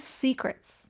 secrets